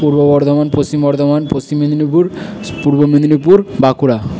Purba Bardhaman Paschim Bardhaman Paschim Medinipur Purba Medinipur Bankura